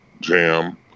jam